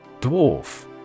Dwarf